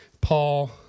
Paul